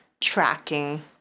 tracking